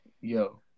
yo